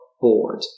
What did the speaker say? board